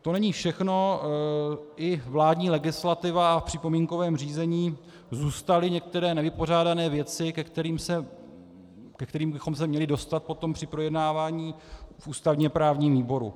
To není všechno, i vládní legislativa v připomínkovém řízení zůstaly některé nevypořádané věci, ke kterým bychom se měli dostat potom při projednávání v ústavněprávním výboru.